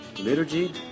liturgy